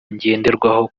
ngenderwaho